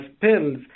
pills